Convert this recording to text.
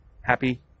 happy